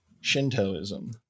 Shintoism